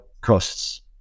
costs